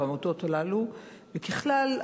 ככלל,